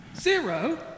Zero